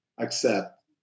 Accept